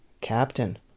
Captain